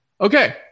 Okay